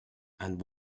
and